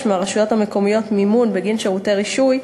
מהרשויות המקומיות מימון בגין שירותי רישוי,